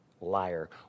liar